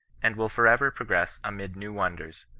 and will for ever progress amid new wonders,